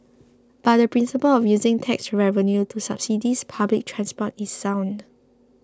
but the principle of using tax revenue to subsidise public transport is sound